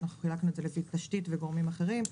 אנחנו חילקנו את זה לפי תשתית וגורמים אחרים.